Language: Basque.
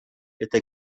eta